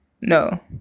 No